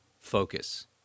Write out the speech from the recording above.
focus